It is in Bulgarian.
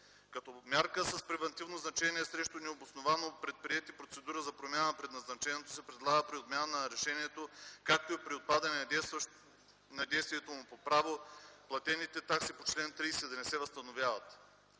Като мярка с превантивно значение срещу необосновано предприета процедура за промяна на предназначението се предлага при отмяна на решението, както и при отпадане на действието му по право, платените такси по чл. 30 да не се възстановяват.